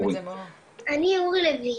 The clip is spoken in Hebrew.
אני אורי לוין,